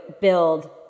build